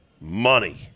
money